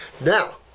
Now